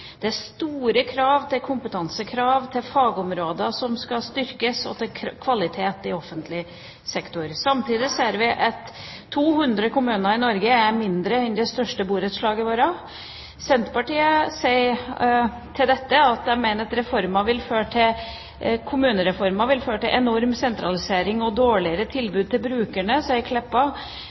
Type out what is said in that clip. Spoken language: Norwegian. Det er store kompetansekrav til fagområder som skal styrkes, og krav til kvalitet i offentlig sektor. Samtidig ser vi at 200 kommuner i Norge er mindre enn det største borettslaget vårt. Senterpartiet sier til dette at de mener at kommunereformen vil føre til «en enorm sentralisering» og et dårligere tilbud til brukerne. Magnhild Meltveit Kleppa